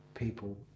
people